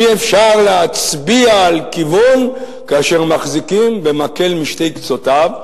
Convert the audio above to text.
אי-אפשר להצביע על כיוון כאשר מחזיקים במקל בשני קצותיו,